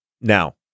Now